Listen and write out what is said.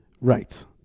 Right